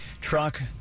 Truck